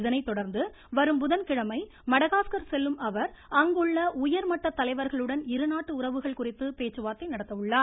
இதனைத் தொடர்ந்து வரும் புதன்கிழமை மடகாஸ்கர் செல்லும் அவர் அங்குள்ள உயர்மட்டத் தலைவர்களுடன் இருநாட்டு உறவுகள் குறித்து பேச்சுவார்த்தை நடத்த உள்ளார்